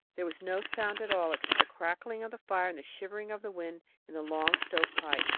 there was no sound at all except the crackling of the fire and the shivering of the wind in the long stovepipe.